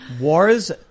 wars